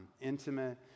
intimate